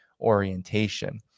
orientation